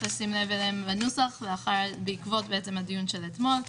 לשים לב אליהם בנוסח בעקבות הדיון של אתמול.